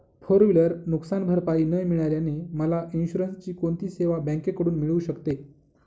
Four wheeler नुकसानभरपाई न मिळाल्याने मला इन्शुरन्सची कोणती सेवा बँकेकडून मिळू शकते?